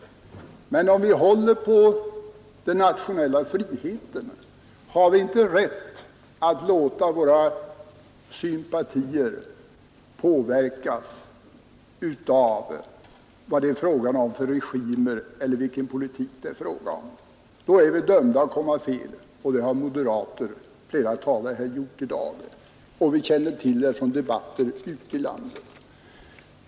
Men om vi håller på den nationella friheten har vi inte rätt att låta våra sympatier påverkas av vilka regimer eller vilken politik det är fråga om. Då är vi dömda att komma fel, och det har flera av de moderata talarna i dag gjort. Vi känner till detta från debatter ute i landet.